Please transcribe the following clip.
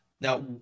Now